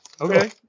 Okay